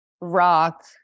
rock